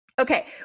Okay